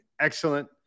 excellent